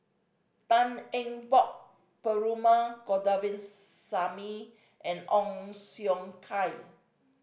Tan Eng Bock Perumal Govindaswamy and Ong Siong Kai